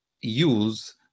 use